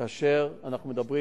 כאשר אנחנו מדברים,